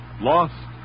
Lost